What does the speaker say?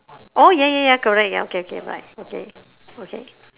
oh ya ya ya correct ya okay okay bye okay okay